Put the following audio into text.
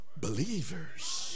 believers